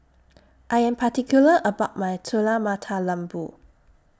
I Am particular about My Telur Mata Lembu